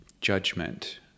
judgment